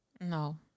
No